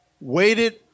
waited